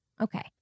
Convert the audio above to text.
okay